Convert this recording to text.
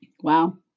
Wow